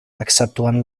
exceptuant